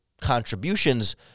contributions